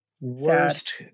worst